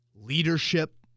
leadership